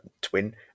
twin